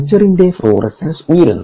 കൽച്ചറിന്റെ fluorescence ഉയരുന്നു